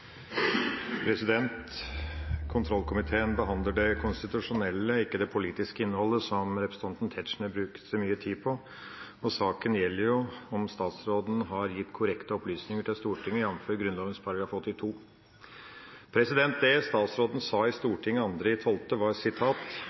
konstitusjonelle, ikke det politiske, innholdet som representanten Tetzschner brukte mye tid på, og saken gjelder jo om statsråden har gitt korrekte opplysninger til Stortinget, jamfør Grunnloven § 82. Det statsråden sa i Stortinget den 2. desember, var: